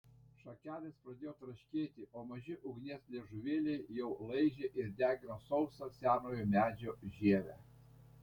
šakelės pradėjo traškėti o maži ugnies liežuvėliai jau laižė ir degino sausą senojo medžio žievę